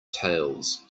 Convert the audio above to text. tales